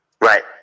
right